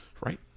Right